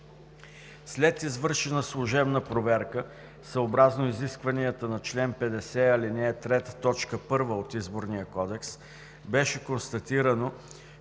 След извършена служебна проверка съобразно изискванията на чл. 50, ал. 3, т. 1 от Изборния кодекс беше констатирано,